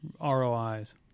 ROIs